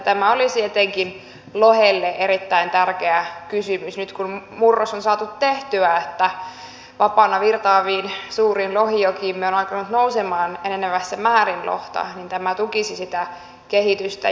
tämä olisi etenkin lohelle erittäin tärkeä kysymys nyt kun murros on saatu tehtyä ja kun vapaana virtaaviin suuriin lohijokiimme on alkanut nousemaan enenevässä määrin lohta tämä tukisi sitä kehitystä